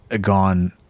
gone